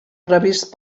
previst